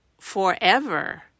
forever